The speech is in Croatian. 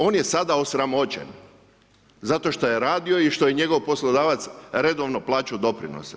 On je sada osramoćen zato što je radio i što je njegov poslodavac redovno plaćao doprinose.